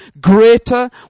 greater